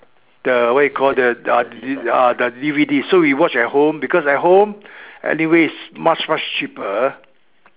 the what you call uh the D_V_D so we watch at home because at home anyways it is much much cheaper